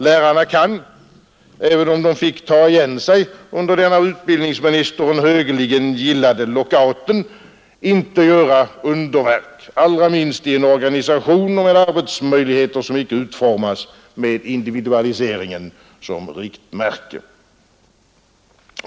Lärarna kan — även om de fick ta igen sig under den av utbildningsministern högeligen gillade lockouten — inte göra underverk, allra minst i en organisation och med arbetsmöjligheter som inte har utformats med individualiseringen som riktmärke.